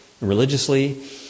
religiously